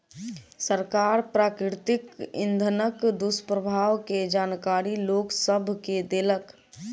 सरकार प्राकृतिक इंधनक दुष्प्रभाव के जानकारी लोक सभ के देलक